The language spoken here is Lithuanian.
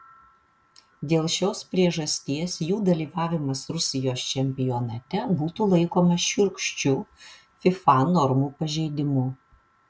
dėl šios priežasties jų dalyvavimas rusijos čempionate būtų laikomas šiurkščiu fifa normų pažeidimu